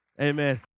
Amen